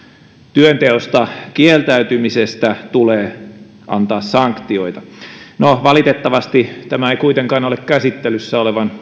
työnteosta kieltäytymisestä tulee antaa sanktioita no valitettavasti tämä ei kuitenkaan ole käsittelyssä olevan